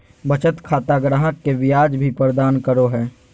बचत खाता ग्राहक के ब्याज भी प्रदान करो हइ